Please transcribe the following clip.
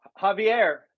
Javier